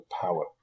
power